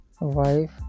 Wife